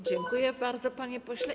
Dziękuję bardzo, panie pośle.